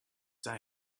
die